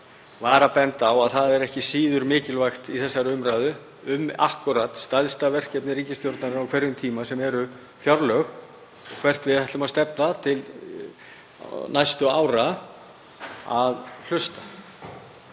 var að benda á, að það er ekki síður mikilvægt í þessari umræðu um akkúrat stærsta verkefni ríkisstjórnarinnar á hverjum tíma, sem eru fjárlög og hvert við ætlum að stefna til næstu ára, að hlusta